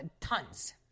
tons